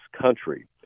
country